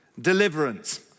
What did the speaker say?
deliverance